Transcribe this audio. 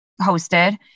hosted